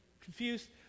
confused